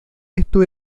esto